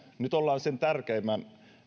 nyt ollaan sen tärkeimmän